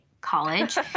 college